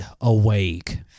awake